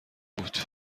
بود